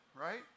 right